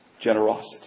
generosity